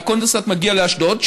והקונדנסט מגיע לאשדוד,